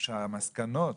שהמסקנות